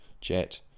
Jet